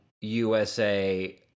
usa